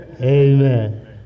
Amen